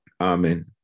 amen